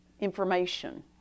information